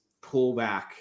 pullback